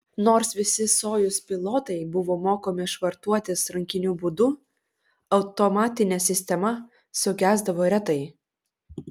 nors visi sojuz pilotai buvo mokomi švartuotis rankiniu būdu automatinė sistema sugesdavo retai